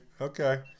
okay